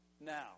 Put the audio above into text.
now